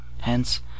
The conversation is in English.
Hence